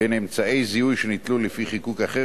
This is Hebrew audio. בין אמצעי זיהוי שניטלו לפי חיקוק אחר